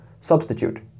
substitute